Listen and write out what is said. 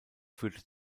führte